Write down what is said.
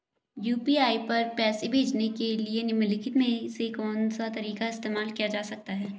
UPI पर पैसे भेजने के लिए निम्नलिखित में से कौन सा तरीका इस्तेमाल किया जा सकता है?